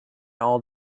all